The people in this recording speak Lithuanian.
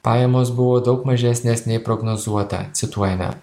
pajamos buvo daug mažesnės nei prognozuota cituojame